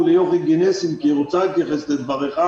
ליוכי גנסין כי היא רוצה להתייחס לדבריך,